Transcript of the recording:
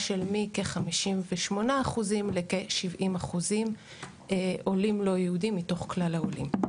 של מכ-58% לכ-70% עולים לא יהודים מתוך כלל העולים.